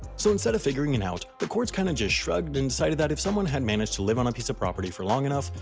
so instead of figuring it out, the courts kind of just shrugged and decided that if someone had managed to live on a piece of property for long enough,